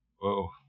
Whoa